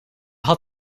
had